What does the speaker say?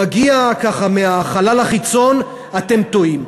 מגיע מהחלל החיצון, אתם טועים.